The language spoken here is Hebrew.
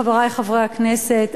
חברי חברי הכנסת,